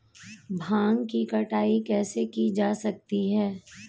भांग की कटाई कैसे की जा सकती है?